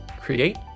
create